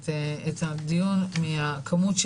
את הצו דיון מהכמות.